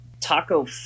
Taco